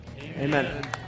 Amen